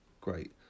great